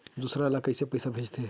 दूसरा ला कइसे पईसा भेजथे?